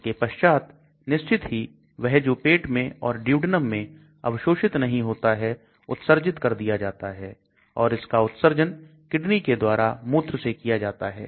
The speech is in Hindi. इसके पश्चात निश्चित ही वह जो पेट में और Duodenum में अवशोषित नहीं होता है उत्सर्जित कर दिया जाता है और इसका उत्सर्जन किडनी के द्वारा मूत्र से किया जाता है